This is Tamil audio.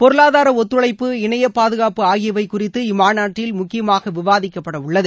பொருளாதார ஒத்துழைப்பு இணைய பாதுகாப்பு ஆகியவை குறித்து இம்மாநாட்டில் முக்கியமாக விவாதிக்கப்படவுள்ளது